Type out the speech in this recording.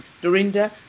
Dorinda